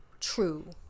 true